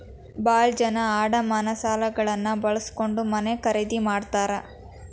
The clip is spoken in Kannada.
ಭಾಳ ಜನ ಅಡಮಾನ ಸಾಲಗಳನ್ನ ಬಳಸ್ಕೊಂಡ್ ಮನೆ ಖರೇದಿ ಮಾಡ್ತಾರಾ